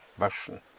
Waschen